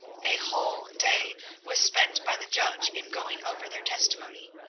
a whole day was spent by the judge in going over their testimony,